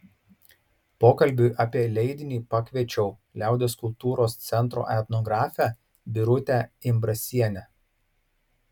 pokalbiui apie leidinį pakviečiau liaudies kultūros centro etnografę birutę imbrasienę